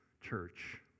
church